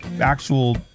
actual